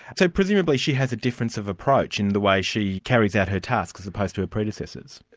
so presumably she has a difference of approach in the way she carries out her tasks, as opposed to her predecessors.